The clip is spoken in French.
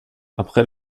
après